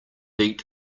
beat